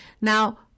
Now